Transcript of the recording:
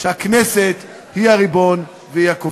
שהכנסת היא הריבון והיא הקובעת.